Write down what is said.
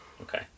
Okay